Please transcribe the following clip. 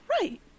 Right